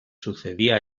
sucedía